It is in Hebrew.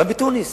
גם בתוניס